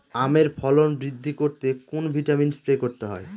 আমের ফলন বৃদ্ধি করতে কোন ভিটামিন স্প্রে করতে হয়?